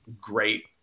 great